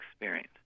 experience